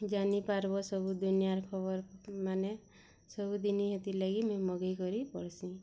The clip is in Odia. ଜାନିପାରିବ୍ ସବୁ ଦୁନିଆର୍ ଖବର୍ମାନେ ସବୁଦିନି ହେଥିରଲାଗି ମୁଇଁ ମଗେଇକରି ପଢ଼୍ସି